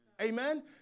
Amen